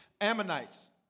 Ammonites